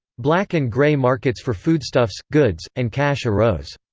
black and gray markets for foodstuffs, goods, and cash arose.